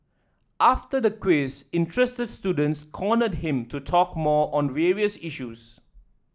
after the quiz interested students cornered him to talk more on various issues